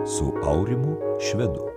su aurimu švedu